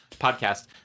podcast